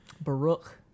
Baruch